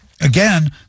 Again